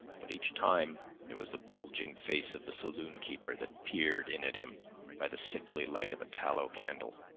but each time it was the bulging face of the saloon-keeper that peered in at him by the sickly light of a tallow candle.